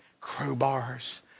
crowbars